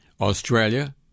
Australia